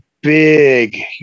big